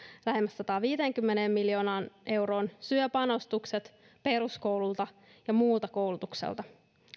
lähemmäs sataanviiteenkymmeneen miljoonaan euroon syö panostukset peruskoululta ja muulta koulutukselta